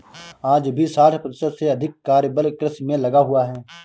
आज भी साठ प्रतिशत से अधिक कार्यबल कृषि में लगा हुआ है